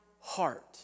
heart